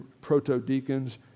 proto-deacons